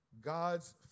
God's